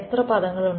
എത്ര പദങ്ങളുണ്ട്